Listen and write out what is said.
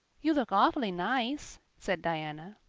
you look awfully nice, said diana,